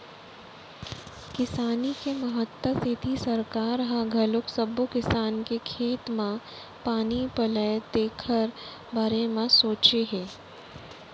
किसानी के महत्ता सेती सरकार ह घलोक सब्बो किसान के खेत म पानी पलय तेखर बारे म सोचे हे